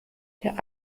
der